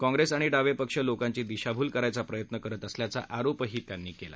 काँग्रेस आणि डावे पक्ष लोकांची दिशाभूल करायचा प्रयत्न करत असल्याचा आरोपही त्यांनी केला